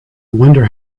wonder